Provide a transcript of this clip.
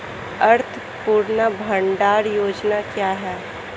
अन्नपूर्णा भंडार योजना क्या है?